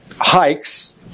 hikes